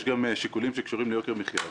יש גם שיקולים שקשורים ליוקר מחיה,